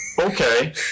okay